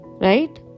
Right